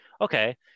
okay